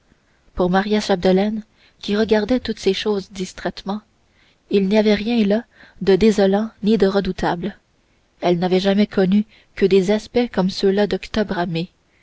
pour maria chapdelaine qui regardait toutes ces choses distraitement il n'y avait rien là de désolant ni de redoutable elle n'avait jamais connu que des aspects comme ceux-là d'octobre